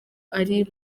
ari